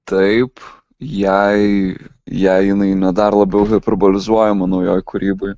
taip jei ją jinai na dar labiau hiperbolizuojama naujoj kūryboj